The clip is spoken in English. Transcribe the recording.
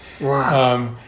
Wow